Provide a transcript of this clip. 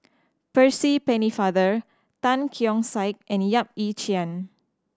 Percy Pennefather Tan Keong Saik and Yap Ee Chian